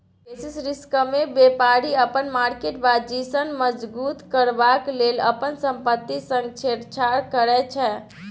basis रिस्कमे बेपारी अपन मार्केट पाजिशन मजगुत करबाक लेल अपन संपत्ति संग छेड़छाड़ करै छै